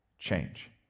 change